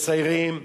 ומסיירים,